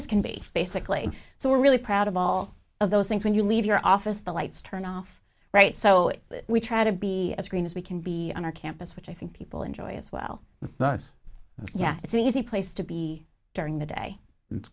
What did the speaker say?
is can be basically so we're really proud of all of those things when you leave your office the lights turn off right so we try to be as green as we can be on our campus which i think people enjoy as well it's not yeah it's an easy place to be during the day